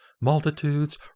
Multitudes